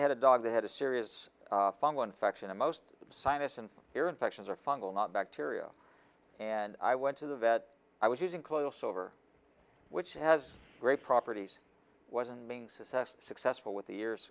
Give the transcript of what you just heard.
had a dog that had a serious fungal infection and most sinus and ear infections are fungal not bacterial and i went to the vet i was using close over which has great properties wasn't being success successful with the years